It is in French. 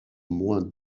moins